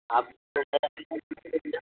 آپ کو میرا نمبر کس نے دیا